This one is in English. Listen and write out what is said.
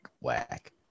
Whack